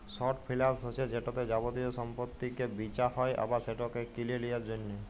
short ফিলালস হছে যেটতে যাবতীয় সম্পত্তিকে বিঁচা হ্যয় আবার সেটকে কিলে লিঁয়ার জ্যনহে